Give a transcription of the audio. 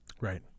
Right